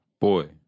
Boy